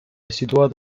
situata